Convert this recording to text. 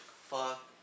fuck